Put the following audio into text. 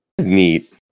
Neat